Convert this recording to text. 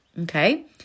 Okay